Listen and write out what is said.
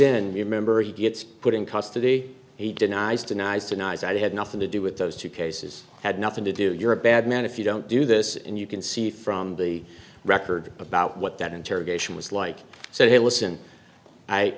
the remember he gets put in custody he denies denies denies that he had nothing to do with those two cases had nothing to do you're a bad man if you don't do this and you can see from the record about what that interrogation was like so he listen i